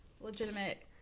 legitimate